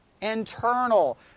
internal